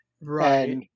Right